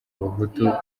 abahutu